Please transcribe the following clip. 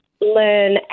learn